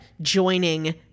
joining